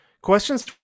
questions